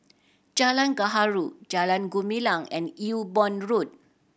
Jalan Gaharu Jalan Gumilang and Ewe Boon Road